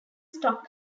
stock